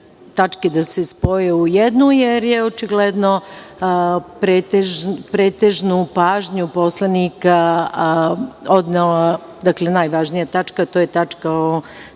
da se spoje u jednu, jer je očigledno pretežno pažnju poslanika odnela najvažnija tačka, a to je tačka o